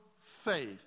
faith